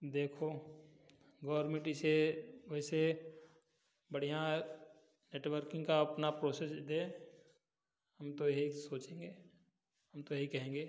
देखो गौरमेंट इसे वैसे बढ़िया नेटवर्किंग का अपना प्रोसेस दे हम तो यही सोचेंगे हम तो यही कहेंगे